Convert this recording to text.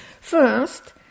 First